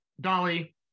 Dolly